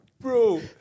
Bro